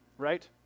right